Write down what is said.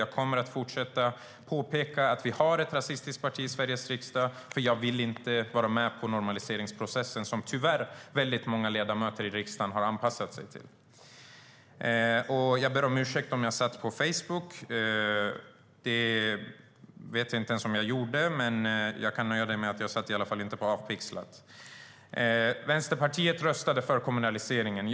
Jag kommer att fortsätta att påpeka att vi har ett rasistiskt parti i Sveriges riksdag, för jag vill inte vara med på normaliseringsprocessen, som tyvärr väldigt många ledamöter i riksdagen har anpassat sig till. Jag ber om ursäkt om jag satt på Facebook. Det vet jag inte ens om jag gjorde. Men jag kan nöja Stefan Jakobsson med att jag i alla fall inte satt på Avpixlat. Ja, Vänsterpartiet röstade för kommunaliseringen.